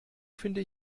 finde